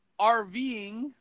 rving